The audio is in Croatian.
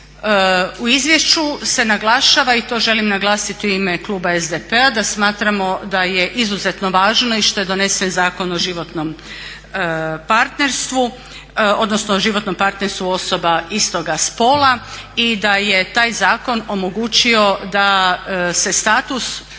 U izvješću se naglašava i to želim naglasiti u ime kluba SDP-a da smatramo da je izuzetno važno i što je donesen Zakon o životnom partnerstvu, odnosno o životnom partnerstvu osoba istoga spola i da je taj zakon omogućio da se status